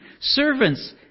Servants